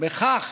בכך